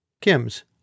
Kim's